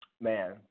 Man